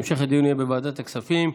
המשך הדיון יהיה בוועדת הכספים.